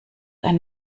ein